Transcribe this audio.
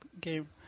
game